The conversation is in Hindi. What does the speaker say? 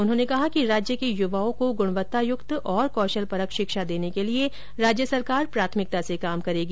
उन्होंने कहा कि राज्य के युवाओं को गुणवत्तायुक्त और कौशलपरक शिक्षा देने के लिए राज्य सरकार प्राथमिकता से काम करेगी